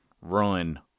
Run